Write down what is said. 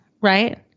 right